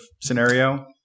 scenario